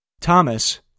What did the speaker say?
Thomas